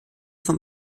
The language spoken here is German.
von